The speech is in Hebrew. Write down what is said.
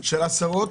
ואומרים